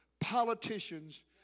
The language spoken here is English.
politicians